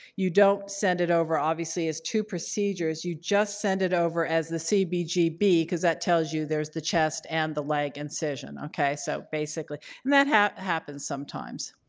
you don't send it over, obviously as two procedures. you just send it over as the cbgb cbgb because that tells you there's the chest and the leg incision. okay? so basically, and that happens sometimes.